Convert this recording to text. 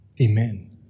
Amen